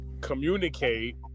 communicate